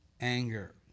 anger